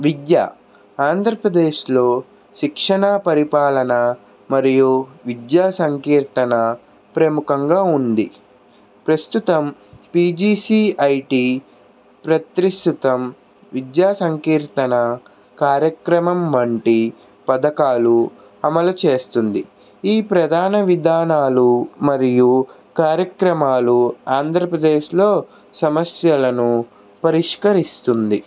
విద్య ఆంధ్రప్రదేశ్లో శిక్షణ పరిపాలన మరియు విద్యాసంకీర్తన ప్రముఖంగా ఉంది ప్రస్తుతం పీజీసీఐటీ ప్రతిష్టితం విద్యాసంకీర్తన కార్యక్రమం వంటి పథకాలు అమలు చేస్తుంది ఈ ప్రధాన విధానాలు మరియు కార్యక్రమాలు ఆంధ్రప్రదేశ్లో సమస్యలను పరిష్కరిస్తుంది